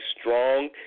strong